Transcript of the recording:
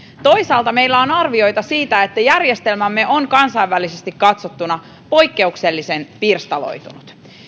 toisaalta meillä on arvioita siitä että järjestelmämme on kansainvälisesti katsottuna poikkeuksellisen pirstaloitunut